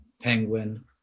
Penguin